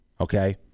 okay